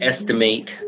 estimate